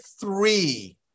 three